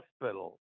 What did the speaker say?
hospital